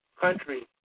country